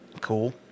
Cool